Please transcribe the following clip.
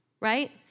right